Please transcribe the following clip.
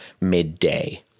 midday